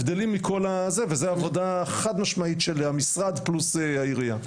וזו עבודה חד משמעית של המשרד, פלוס העירייה.